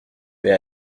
mais